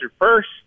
first